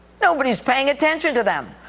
nobody's paying attention to them.